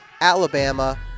Alabama